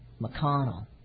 McConnell